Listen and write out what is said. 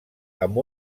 amb